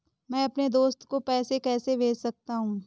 मैं अपने दोस्त को पैसे कैसे भेज सकता हूँ?